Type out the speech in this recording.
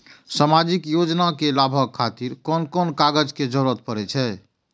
सामाजिक योजना के लाभक खातिर कोन कोन कागज के जरुरत परै छै?